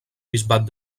bisbat